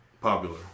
popular